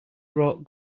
brought